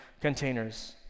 containers